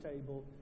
table